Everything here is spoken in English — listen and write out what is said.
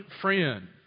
friend